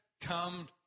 come